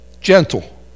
Gentle